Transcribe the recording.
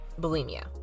bulimia